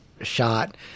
shot